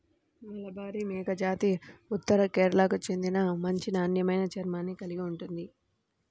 మలబారి మేకజాతి ఉత్తర కేరళకు చెందిన మంచి నాణ్యమైన చర్మాన్ని కలిగి ఉంటుంది